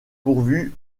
pourvus